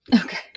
Okay